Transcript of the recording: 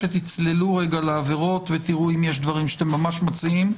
שתצללו לעבירות ותראו אם יש דברים שאתם ממש מציעים.